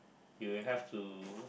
you will have to